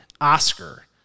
Oscar